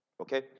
Okay